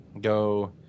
go